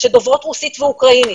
דוברות רוסית ואוקראינית.